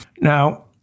Now